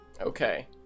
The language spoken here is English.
Okay